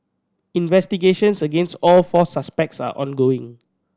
investigations against all four suspects are ongoing